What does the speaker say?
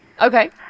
okay